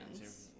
hands